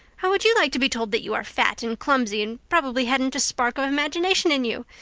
how would you like to be told that you are fat and clumsy and probably hadn't a spark of imagination in you?